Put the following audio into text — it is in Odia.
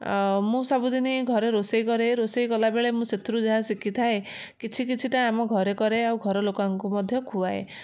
ଆଉ ମୁଁ ସବୁଦିନି ଘରେ ରୋଷେଇ କରେ ରୋଷେଇ କଲାବେଳେ ମୁଁ ସେଥିରୁ ଯାହା ଶିଖିଥାଏ କିଛି କିଛିଟା ଆମଘରେ କରେ ଆଉ ଘରଲୋକଙ୍କୁ ମଧ୍ୟ ଖୁଆଏ